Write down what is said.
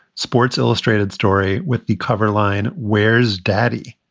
sports illustrated story with the cover line. where's daddy?